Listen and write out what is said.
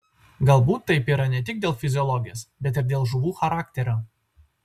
galbūt taip yra ne tik dėl fiziologijos bet ir dėl žuvų charakterio